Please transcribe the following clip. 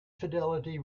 fidelity